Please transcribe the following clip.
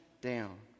down